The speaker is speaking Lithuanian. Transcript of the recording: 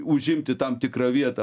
užimti tam tikrą vietą